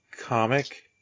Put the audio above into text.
comic